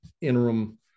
interim